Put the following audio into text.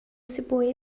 sibawi